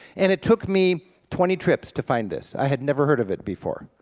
and it took me twenty trips to find this. i had never heard of it before.